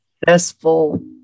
Successful